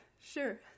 sure